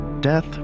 death